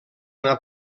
una